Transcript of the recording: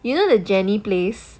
you know the jenny place